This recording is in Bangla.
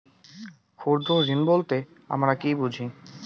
ক্ষুদ্র ঋণ বলতে আমরা কি বুঝি?